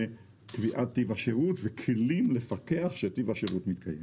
קביעת טיב השירות וכלים לפקח שטיב השירות מתקיים.